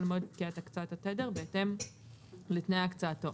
מועד פקיעת הקצאת התדר בהתאם לתנאי הקצאתו.